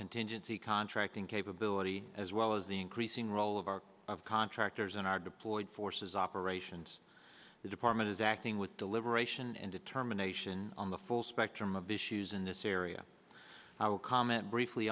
contingency contract capability as well as the increasing role of our contractors in our deployed forces operations the department is acting with deliberation and determination on the full spectrum of issues in this area i will comment briefly